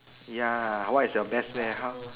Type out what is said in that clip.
ya what is your best way how